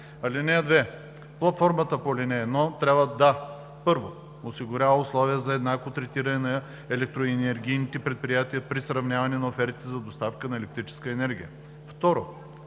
(2) Платформата по ал. 1 трябва да: 1. осигурява условия за еднакво третиране на електроенергийните предприятия при сравняване на офертите за доставка на електрическа енергия;